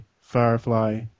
Firefly